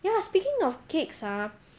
ya speaking of cakes ah